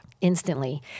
instantly